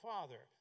Father